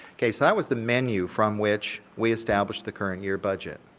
okay, so that was the menu from which we established the current year budget.